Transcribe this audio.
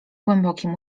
głębokim